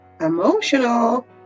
emotional